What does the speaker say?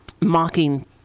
mocking